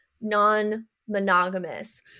non-monogamous